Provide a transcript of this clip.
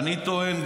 אני טוען,